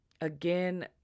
Again